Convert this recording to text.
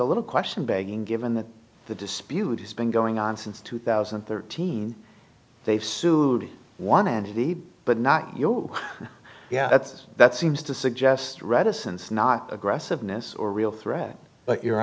a little question begging given that the dispute has been going on since two thousand and thirteen they've sued one entity but not you that's that seems to suggest reticence not aggressiveness or real threat but you